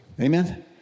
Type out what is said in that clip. Amen